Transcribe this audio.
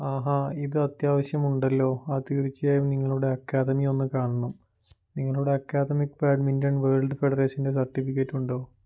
ആഹാ ഇതത്യാവശ്യമുണ്ടല്ലോ ആ തീർച്ചയായും നിങ്ങളുടെ അക്കാദമിയൊന്ന് കാണണം നിങ്ങളുടെ അക്കാദമിക്ക് ബാഡ്മിൻറൺ വേൾഡ് ഫെഡറേഷൻ്റെ സർട്ടിഫിക്കറ്റുണ്ടോ